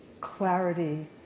clarity